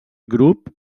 grup